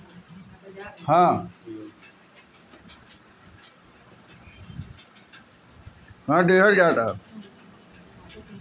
bank सरकारी आ निजी दुनु प्रकार के होला